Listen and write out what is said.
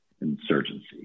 insurgency